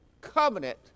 covenant